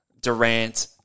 Durant